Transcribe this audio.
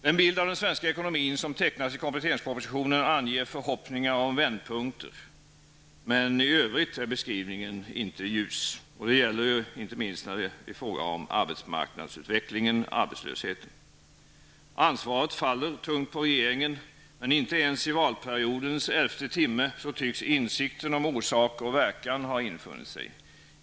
Den bild av den svenska ekonomin som tecknas i kompletteringspropositionen anger förhoppningar om vändpunkter, men i övrigt är inte beskrivningen ljus. Det gäller inte minst när det är fråga om arbetsmarknadsutvecklingen och arbetslösheten. Ansvaret faller tungt på regeringen, men inte ens i valperiodens elfte timme tycks insikten om orsak och verkan ha infunnit sig.